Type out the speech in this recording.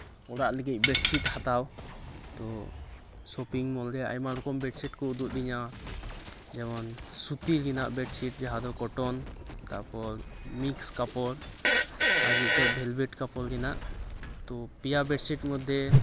ᱚᱲᱟᱜ ᱞᱟᱹᱜᱤᱫ ᱵᱮᱰᱪᱷᱤᱴ ᱦᱟᱛᱟᱣ ᱛᱚ ᱥᱚᱯᱤᱝ ᱢᱚᱞ ᱨᱮ ᱟᱭᱢᱟ ᱨᱚᱠᱚᱢ ᱵᱮᱰᱥᱤᱴ ᱠᱚ ᱩᱫᱩᱜ ᱟᱹᱫᱤᱧᱟ ᱡᱮᱢᱚᱱ ᱥᱩᱛᱤ ᱨᱮᱱᱟᱜ ᱵᱮᱰᱥᱤᱴ ᱡᱟᱦᱟᱸᱫᱚ ᱠᱚᱴᱚᱱ ᱛᱟᱨᱯᱚᱨ ᱢᱤᱠᱥ ᱠᱟᱯᱚᱲ ᱟᱨ ᱢᱤᱫᱴᱮᱱ ᱵᱷᱮᱞᱵᱷᱮᱴ ᱠᱟᱯᱚᱲ ᱨᱮᱱᱟᱜ ᱛᱚ ᱯᱮᱭᱟ ᱵᱮᱰᱥᱤᱴ ᱢᱚᱫᱽᱫᱷᱮ